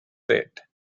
said